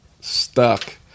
stuck